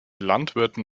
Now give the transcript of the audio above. landwirten